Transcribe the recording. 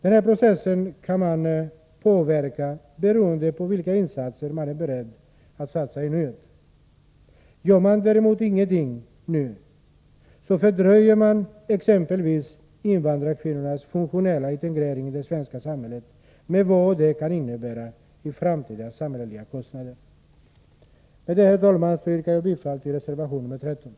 Och den processen kan man påverka på olika sätt, beroende på vilka insatser man är beredd att göra i nuet. Gör man ingenting nu fördröjer man exempelvis invandrarkvinnornas funktionella integrering i det svenska samhället med vad det kan innebära i framtida samhälleliga kostnader. Med detta, herr talman, yrkar jag bifall till reservation 13.